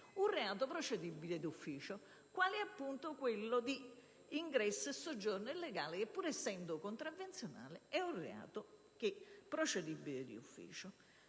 un reato procedibile d'ufficio, quale è appunto quello di ingresso e soggiorno illegale (pur essendo contravvenzionale, è procedibile d'ufficio).